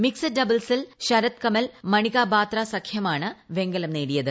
mixed ഡബിൾസിൽ ശരത്കമൽ മണികാബാത്ര സഖ്യമാണ് വെങ്കലം നേടിയത്